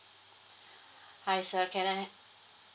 hi sir can I ha~